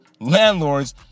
landlords